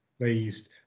pleased